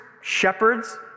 shepherds